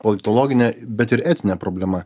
politologinė bet ir etinė problema